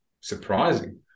surprising